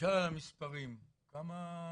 נשאל על המספרים, כמה